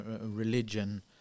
religion